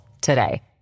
today